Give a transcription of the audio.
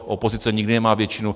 Opozice nikdy nemá většinu.